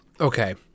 Okay